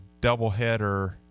doubleheader